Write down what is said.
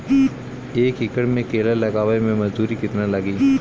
एक एकड़ में केला लगावे में मजदूरी कितना लागी?